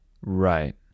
Right